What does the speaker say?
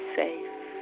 safe